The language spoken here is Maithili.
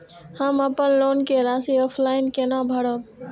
हम अपन लोन के राशि ऑफलाइन केना भरब?